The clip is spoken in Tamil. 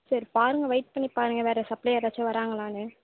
சரி பாருங்க வெயிட் பண்ணி பாருங்க வேறு சப்ளேயர் யாராச்சும் வராங்களானு